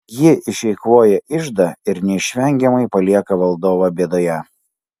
ji išeikvoja iždą ir neišvengiamai palieka valdovą bėdoje